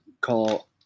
call